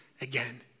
again